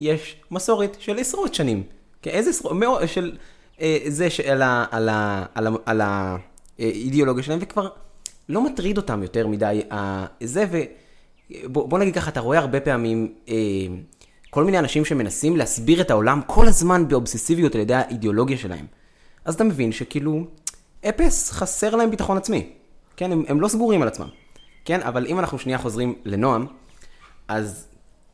יש מסורת של עשרות שנים כאיזה עשרות שנים זה שעל ה.. על האידיאולוגיה שלהם וכבר לא מטריד אותם יותר מדי ה.. זה ו... בוא נגיד ככה אתה רואה הרבה פעמים כל מיני אנשים שמנסים להסביר את העולם כל הזמן באובסיסיביות על ידי האידיאולוגיה שלהם אז אתה מבין שכאילו... אפס חסר להם ביטחון עצמי הם לא סגורים על עצמם אבל אם אנחנו שנייה חוזרים לנועם אז..